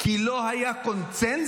כי לא היה קונסנזוס